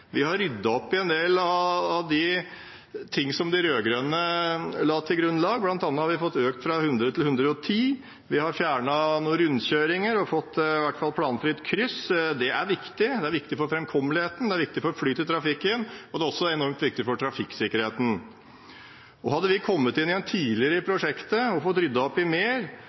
vi har ryddet opp i en del av det som de rød-grønne la til grunn. Blant annet har vi økt fra 100 km/t til 110 km/t, vi har fjernet noen rundkjøringer og får i hvert fall planfritt kryss. Det er viktig for framkommeligheten, det er viktig for flyten i trafikken, og det er også enormt viktig for trafikksikkerheten. Hadde vi kommet inn tidligere i prosjektet og fått ryddet opp i mer,